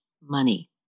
money